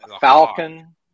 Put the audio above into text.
falcon